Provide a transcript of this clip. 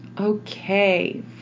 Okay